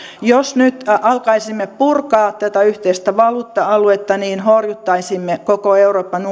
jos nyt alkaisimme purkaa tätä yhteistä valuutta aluetta niin horjuttaisimme koko euroopan